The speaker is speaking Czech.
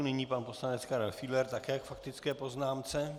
Nyní pan poslanec Karel Fiedler, také k faktické poznámce.